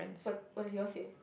what what does your say